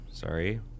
Sorry